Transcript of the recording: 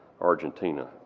Argentina